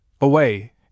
away